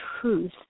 truth